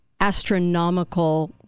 astronomical